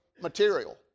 material